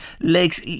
lakes